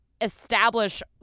establish